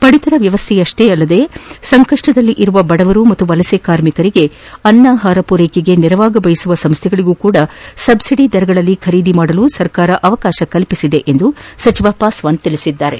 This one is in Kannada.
ಪಡಿತರ ವ್ಯವಸ್ಥೆಯಷ್ಷೇ ಅಲ್ಲದೇ ಸಂಕಷ್ನದಲ್ಲಿರುವ ಬಡವರು ಮತ್ತು ವಲಸೆ ಕಾರ್ಮಿಕರಿಗೆ ಆಹಾರ ಪೂರ್ವಕೆಗೆ ನೆರವಾಗ ಬಯಸುವ ಸಂಸ್ಥೆಗಳಗೂ ಸಪ ಸಬ್ಲಡಿ ದರಗಳಲ್ಲಿ ಖರೀದಿಗೆ ಸರ್ಕಾರ ಅವಕಾಶ ಕಲ್ಪಿಸಿದೆ ಎಂದು ಸಚಿವ ಪಾಸ್ವಾನ್ ತಿಳಿಸಿದ್ದಾರೆ